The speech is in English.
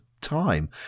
Time